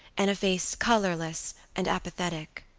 and a face colorless and apathetic.